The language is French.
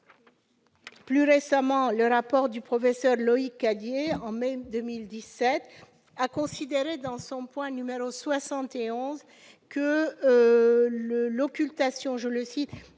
Plus récemment, le rapport du professeur Loïc Cadiet, rendu en mai 2017, a considéré dans son point n° 71 que « l'occultation du nom